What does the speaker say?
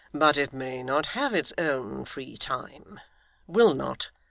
but it may not have its own free time will not,